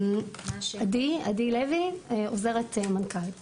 עדי לוי, עוזרת מנכ"ל איל"ן,